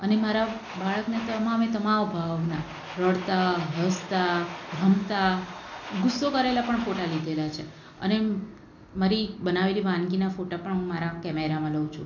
અને મારા બાળક તમામ એ તમામ ભાવના રડતાં હસતાં રમતાં ગુસ્સો કરેલા પણ ફોટા લીધેલા છે અને મારી બનાવેલી વાનગીના ફોટા પણ હું મારા કૅમેરામાં લઉં છું